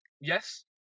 Yes